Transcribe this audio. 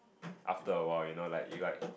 after a while you know like you like